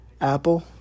Apple